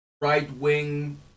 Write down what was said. right-wing